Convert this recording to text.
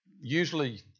usually